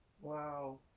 Wow